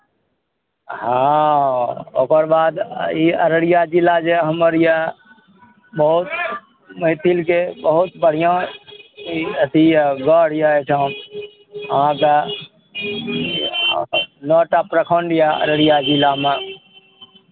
हँ ओकर बाद ई अररिया जिला जे हमर यए बहुत मैथिलके बहुत बढ़िआँ ई अथी यए गढ़ यए एहिठाम अहाँक नओ टा प्रखण्ड यए अररिया जिलामे